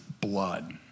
blood